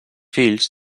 fills